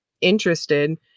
interested